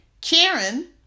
Karen